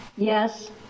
Yes